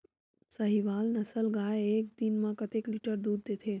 साहीवल नस्ल गाय एक दिन म कतेक लीटर दूध देथे?